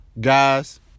guys